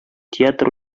театр